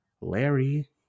Larry